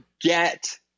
get